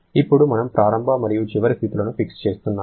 ఇప్పుడు మనం ప్రారంభ మరియు చివరి స్థితులను ఫిక్స్ చేస్తున్నాను